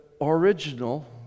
original